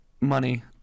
Money